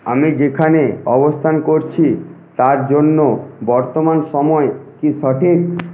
আমি যেখানে অবস্থান করছি তার জন্য বর্তমান সময় কি সঠিক